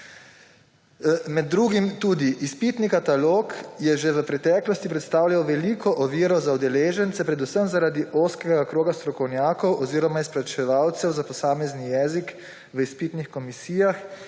krize. Tudi izpitni katalog je že v preteklosti predstavljal veliko oviro za udeležence predvsem zaradi ozkega kroga strokovnjakov oziroma izpraševalcev za posamezni jezik v izpitnih komisijah